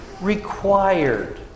required